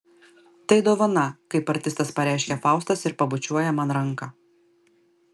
tai dovana kaip artistas pareiškia faustas ir pabučiuoja man ranką